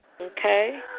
Okay